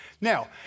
Now